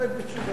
להסתפק בתשובתי.